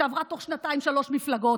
שעברה תוך שנתיים שלוש מפלגות,